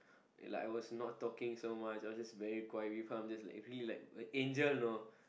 and like I was not talking so much I was just very quiet with her I'm just like really an angel you know